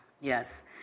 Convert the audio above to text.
Yes